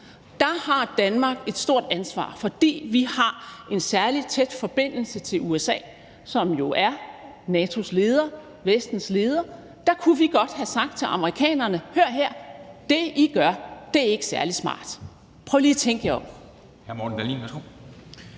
Der har Danmark et stort ansvar, fordi vi har en særlig tæt forbindelse til USA, som jo er NATO's leder, Vestens leder. Der kunne vi godt have sagt til amerikanerne: Hør her, det, I gør, er ikke særlig smart; prøv lige at tænke jer om.